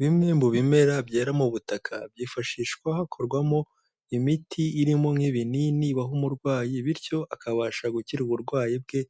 Bimwe mu bimera byera mu butaka byifashishwa hakorwamo imiti irimo nk'ibinini baha umurwayi bityo akabasha gukira uburwayi bwe